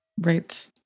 right